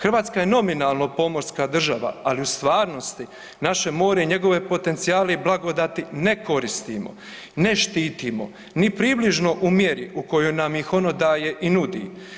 Hrvatska je nominalno pomorska država, ali u stvarnosti naše more i njegove potencijale i blagodati ne koristimo, ne štitimo ni približno u mjeri u kojom nam ih ono daje i nudi.